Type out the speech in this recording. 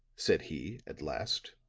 said he, at last,